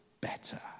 better